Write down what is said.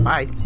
Bye